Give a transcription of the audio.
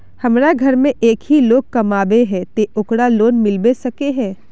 हमरा घर में एक ही लोग कमाबै है ते ओकरा लोन मिलबे सके है?